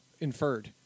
inferred